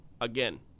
again